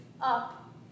up